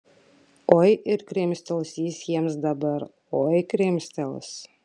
oi ir krimstels jis jiems dabar oi krimstels